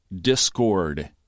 Discord